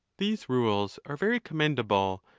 these rules are very commendable,